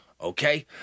Okay